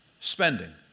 spending